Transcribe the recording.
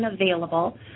available